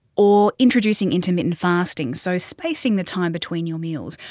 or introducing intermittent fasting, so spacing the time between your meals.